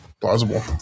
Plausible